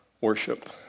worship